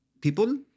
people